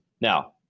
Now